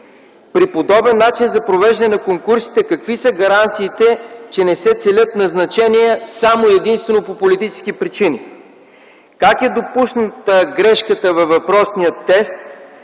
При подобен начин за провеждане на конкурсите какви са гаранциите, че не се целят назначения само и единствено по политически причини? Как е допусната грешката във въпросния тест